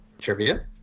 Trivia